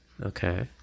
Okay